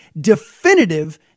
definitive